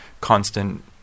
constant